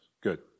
Good